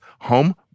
home